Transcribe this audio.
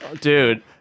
dude